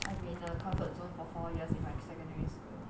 I'm in the comfort zone for four years in secondary school